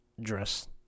dress